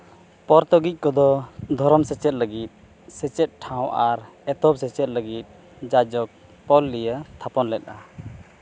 ᱯᱳᱨᱛᱚ ᱜᱤᱡᱽ ᱠᱚᱫᱚ ᱫᱷᱚᱨᱚᱢ ᱥᱮᱪᱮᱫ ᱞᱟᱹᱜᱤᱫ ᱥᱮᱪᱮᱫ ᱴᱷᱟᱶ ᱟᱨ ᱮᱛᱚᱦᱚᱵ ᱥᱮᱪᱮᱫ ᱞᱟᱹᱜᱤᱫ ᱡᱟᱡᱚᱠ ᱯᱚᱞᱞᱤᱭᱟᱹ ᱛᱷᱟᱯᱚᱱ ᱞᱮᱫᱟ